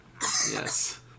yes